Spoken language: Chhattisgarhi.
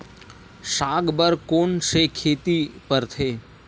साग बर कोन से खेती परथे?